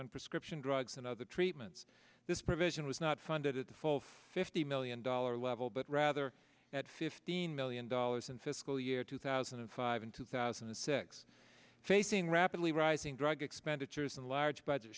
on prescription drugs and other treatments this provision was not funded at the full fifty million dollar level but rather at fifteen million dollars in fiscal year two thousand and five in two thousand and six facing rapidly rising drug expenditures and large budget